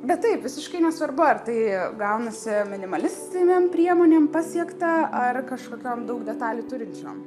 bet taip visiškai nesvarbu ar tai gaunasi minimalistinėm priemonėm pasiekta ar kažkokiom daug detalių turinčiom